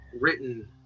written